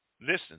Listen